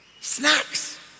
Snacks